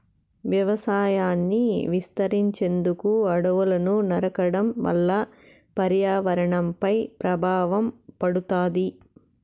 వ్యవసాయాన్ని విస్తరించేందుకు అడవులను నరకడం వల్ల పర్యావరణంపై ప్రభావం పడుతాది